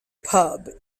pub